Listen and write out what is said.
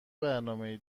برنامهای